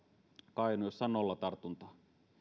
kainuu jossa on nolla tartuntaa